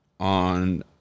On